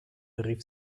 rief